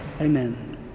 Amen